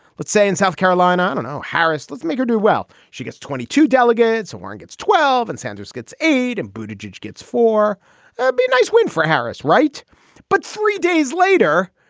let's say in south carolina. no, harris, let's make her do well. she gets twenty two delegates and one gets twelve and sanders gets eight and booted jej gets for a nice win for harris. right but three days later,